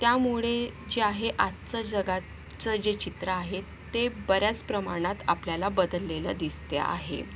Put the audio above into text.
त्यामुळे जे आहे आजचं जगाचं जे चित्र आहे ते बऱ्याच प्रमाणात आपल्याला बदललेलं दिसते आहे